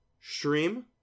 stream